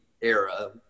era